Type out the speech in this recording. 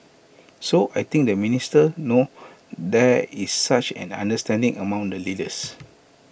so I think the ministers know there is such an understanding among the leaders